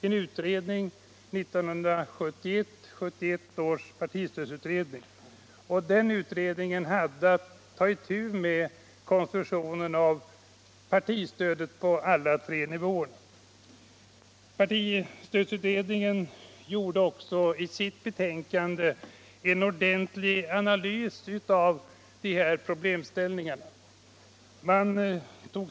En utredning, 1971 års partistödsutredning, tillsattes, som hade att ta itu med konstruktionen av partistödet på alla tre nivåerna. Partistödsutredningen gjorde också i sitt betänkande en ordentlig analys av dessa problemställningar.